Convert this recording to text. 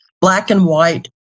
black-and-white